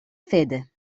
fede